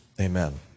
amen